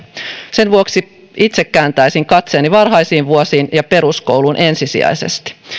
sen vuoksi itse kääntäisin katseeni varhaisiin vuosiin ja peruskouluun ensisijaisesti